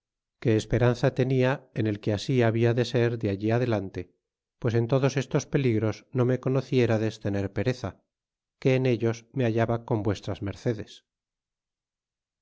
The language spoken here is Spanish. que esperanza tenia e n el que así habia de ser de allí adelante pues en todos estos peligros no me conoceriades tener pereza que en ellos me hallaba con vuestras mercedes